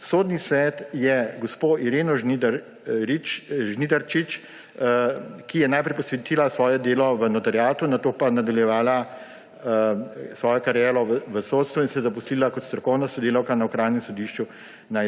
Sodni svet je gospo Ireno Žnidarčič, ki je najprej posvetila svoje delo notariatu, nato pa nadaljevala svojo kariero v sodstvu in se zaposlila kot strokovna sodelavka na Okrajnem sodišču